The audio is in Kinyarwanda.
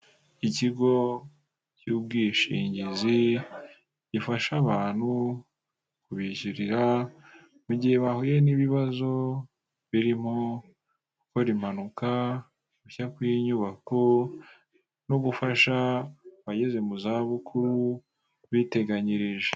Ikigo cy'ubwishingizi gifasha abantu kubishyurira mu gihe bahuye n'ibibazo birimo gukora impanuka, gushya kw'inyubako no gufasha abageze mu za bukuru biteganyirije.